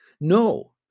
no